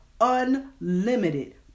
unlimited